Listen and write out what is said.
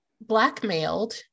blackmailed